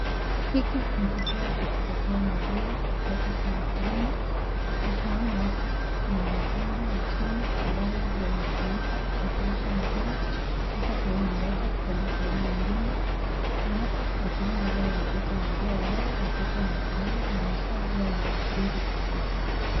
Hiki ni kituo cha kupokea maziwa kutoka kwa wakulima na tunaona hapa kuna mitungi ya chuma ambayo huwa inatumiwa kusafirisha maziwa kutoka sehemu moja kwenda sehemu nyingine. Na hapa wakulima huwa wanaleta maziwa yao wakati wanakamua na hasa huwa ni mara mbili kwa siku.